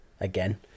again